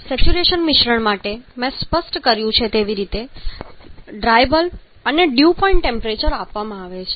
saturation મિશ્રણ માટે મેં સ્પષ્ટ કર્યું છે તેવી રીતે ડ્રાય બલ્બ અને ડ્યૂ પોઈન્ટ ટેમ્પરેચર આપવામાં આવે છે